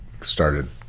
started